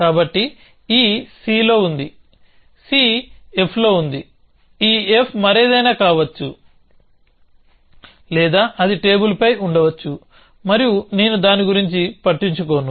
కాబట్టి ecలో ఉంది cf లో ఉంది ఈ f మరేదైనా కావచ్చు లేదా అది టేబుల్పై ఉండవచ్చు మరియు నేను దాని గురించి పట్టించుకోను